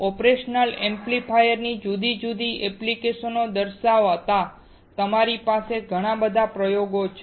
operational amplifiers ની જુદી જુદી એપ્લીકેશન દર્શાવતા તમારા માટે મારી પાસે ઘણા પ્રયોગો છે